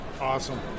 Awesome